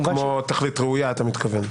כמו תכלית ראויה, אתה מתכוון.